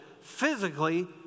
physically